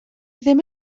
ddim